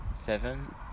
Seven